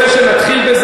אתה באמת רוצה שנתחיל בזה,